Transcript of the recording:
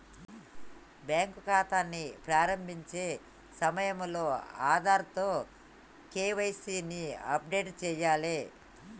bank ఖాతాని ప్రారంభించే సమయంలో ఆధార్తో కేవైసీ ని అప్డేట్ చేయాలే